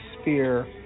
sphere